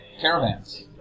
caravans